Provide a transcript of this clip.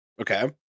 Okay